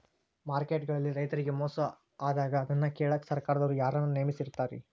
Market ಗಳಲ್ಲಿ ರೈತರಿಗೆ ಮೋಸ ಆದಾಗ ಅದನ್ನ ಕೇಳಾಕ್ ಸರಕಾರದವರು ಯಾರನ್ನಾ ನೇಮಿಸಿರ್ತಾರಿ?